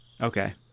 Okay